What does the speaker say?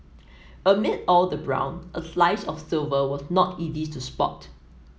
amid all the brown a slice of silver was not easy to spot